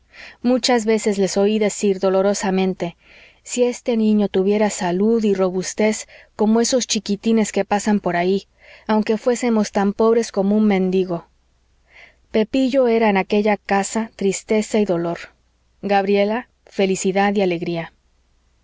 muchas veces les oí decir dolorosamente si este niño tuviera salud y robustez como esos chiquitines que pasan por ahí aunque fuésemos tan pobres como un mendigo pepillo era en aquella casa tristeza y dolor gabriela felicidad y alegría